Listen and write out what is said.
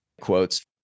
quotes